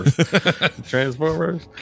Transformers